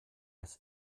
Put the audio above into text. das